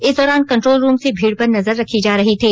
इस दौरान control room से भीड़ पर नजर रखी जा रही थी